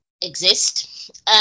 exist